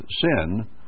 sin